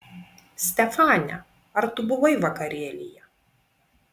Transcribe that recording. stefane ar tu buvai vakarėlyje